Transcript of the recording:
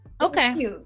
Okay